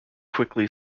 quickly